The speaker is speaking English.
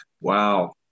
Wow